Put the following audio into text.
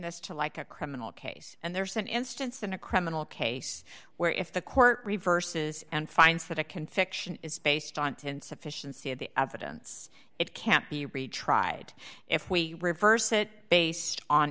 this to like a criminal case and there's an instance than a criminal case where if the court reverses and finds that a conviction is based on to insufficiency of the evidence it can't be retried if we reverse it based on